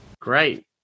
Great